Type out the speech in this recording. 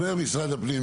אומר משרד הפנים,